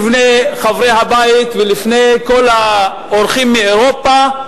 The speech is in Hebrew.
בפני חברי הבית ובפני כל האורחים מאירופה,